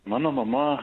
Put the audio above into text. mano mama